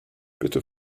bitte